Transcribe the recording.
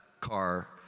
car